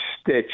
stitch